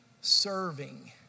serving